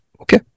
Okay